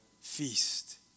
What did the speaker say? feast